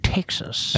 Texas